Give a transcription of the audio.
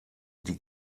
die